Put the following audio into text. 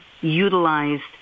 utilized